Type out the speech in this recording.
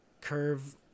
curve